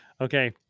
Okay